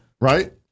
right